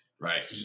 Right